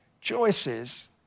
choices